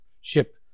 ship